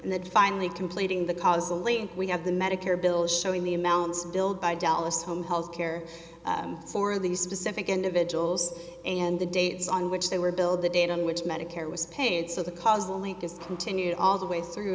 and the finally completing the cosily we have the medicare bill showing the amounts billed by dallas home health care for these specific individuals and the dates on which they were billed the date on which medicare was paid so the causal link is continued all the way through